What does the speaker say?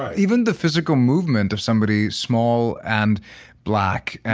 even the physical movement of somebody small and black. and